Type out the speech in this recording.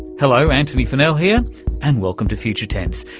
hello, antony funnell here and welcome to future tense,